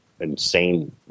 insane